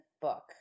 book